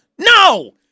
No